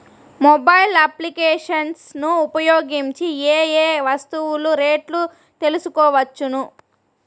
Mobile applications ను ఉపయోగించి ఏ ఏ వస్తువులు రేట్లు తెలుసుకోవచ్చును?